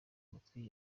amatwi